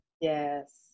Yes